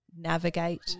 navigate